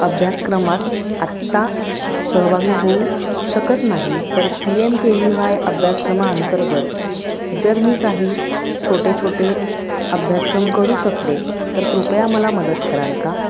अभ्यासक्रमात आत्ता सहभागी होऊ शकत नाही तर P M K V Y अभ्यासक्रमाअंतर्गत जर मी काही छोटे छोटे अभ्यासक्रम करू शकले तर कृपया मला मदत कराल का